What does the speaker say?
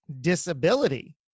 disability